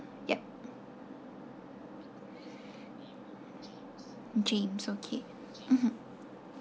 yup james okay mmhmm